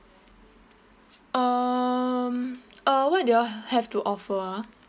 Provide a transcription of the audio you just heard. um uh what do you all have to offer ah